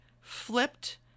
flipped